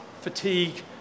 fatigue